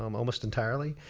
um almost entirely.